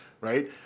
right